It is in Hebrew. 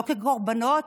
לא כקורבנות,